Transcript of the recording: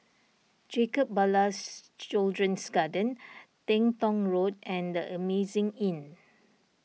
Jacob Ballas Children's Garden Teng Tong Road and the Amazing Inn